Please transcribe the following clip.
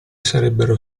sarebbero